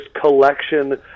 collection